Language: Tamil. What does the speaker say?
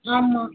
ஆமாம்